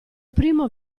primo